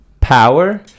power